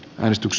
valistus